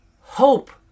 Hope